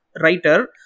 writer